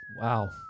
Wow